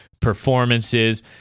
performances